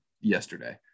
yesterday